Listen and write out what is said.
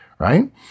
right